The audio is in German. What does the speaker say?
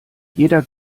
jeder